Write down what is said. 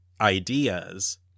ideas